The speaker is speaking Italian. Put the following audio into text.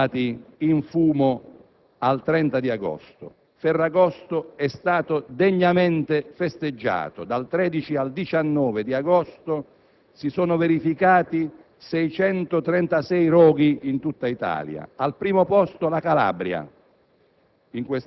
sono andati in fumo al 30 agosto. Ferragosto è stato degnamente festeggiato: dal 13 al 19 agosto si sono verificati 636 roghi in tutta Italia. Al primo posto la Calabria